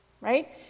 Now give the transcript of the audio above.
right